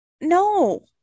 No